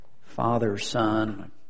father-son